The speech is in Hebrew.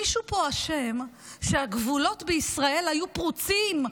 מישהו פה אשם שהגבולות בישראל היו פרוצים.